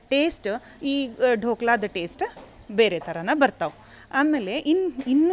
taste ಈ ಢೋಕ್ಲಾದ taste ಬೇರೆ ಥರನೇ ಬರ್ತವೆ ಆಮೇಲೆ ಇನ್ ಇನ್ನೂ